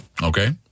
Okay